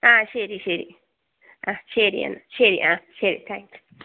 ആ ശരി ശരി ആ ശരി എന്നാൽ ശരി ആ ശരി താങ്ക് യൂ